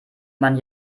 man